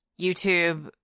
YouTube